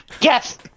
Yes